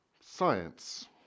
science